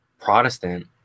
Protestant